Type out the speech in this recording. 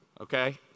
okay